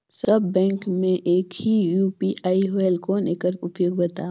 सब bank मे एक ही यू.पी.आई होएल कौन एकर उपयोग बताव?